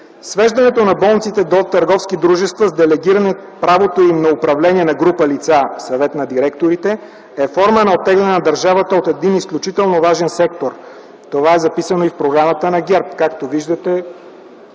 Свеждането на болниците до търговски дружества с делегиране правото им на управление на група лица – Съвет на директорите, е форма на оттегляне на държавата от един изключително важен сектор. Това е записано и в Програмата на ГЕРБ. Както виждате,